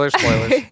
spoilers